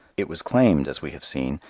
it was claimed, as we have seen,